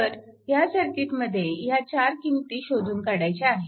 तर ह्या सर्किटमध्ये ह्या चार किंमती शोधून काढायच्या आहेत